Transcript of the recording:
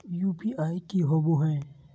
UPI की होबो है?